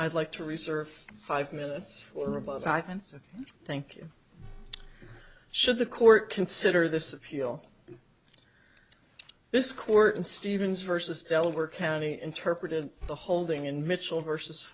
i'd like to reserve five minutes for above i think thank you should the court consider this appeal this court and stevens versus delaware county interpreted the holding in mitchell versus